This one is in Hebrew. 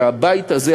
שהבית הזה,